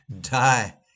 Die